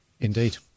Indeed